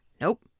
nope